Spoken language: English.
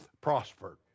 prospered